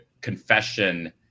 confession